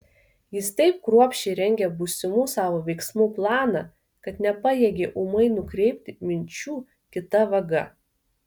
jis taip kruopščiai rengė būsimų savo veiksmų planą kad nepajėgė ūmai nukreipti minčių kita vaga